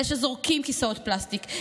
אלה שזורקים כיסאות פלסטיק,